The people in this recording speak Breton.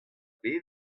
bet